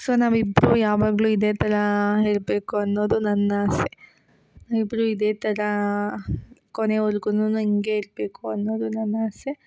so ನಾವಿಬ್ರೂ ಯಾವಾಗ್ಲೂ ಇದೇ ಥರ ಇರಬೇಕು ಅನ್ನೋದು ನನ್ನ ಆಸೆ ನಾವಿಬ್ರೂ ಇದೇ ಥರ ಕೊನೆವರ್ಗೂನುನು ಹಿಂಗೇ ಇರಬೇಕು ಅನ್ನೋದು ನನ್ನ ಆಸೆ